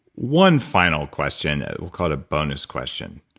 one final question, we'll call it a bonus question.